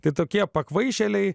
tai tokie pakvaišėliai